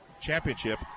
championship